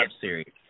Series